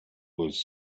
was